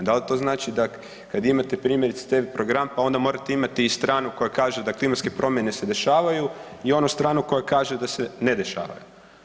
Da li to znači da kad imate primjerice tv program pa onda morate imati i stranu koja kaže da klimatske promjene se dešavaju i onu stranu koja kaže da se ne dešavaju.